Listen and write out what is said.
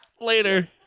later